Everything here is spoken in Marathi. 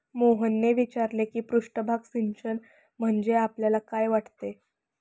मोहनने विचारले की पृष्ठभाग सिंचन म्हणजे आपल्याला काय वाटते?